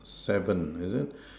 seven is it